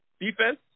defense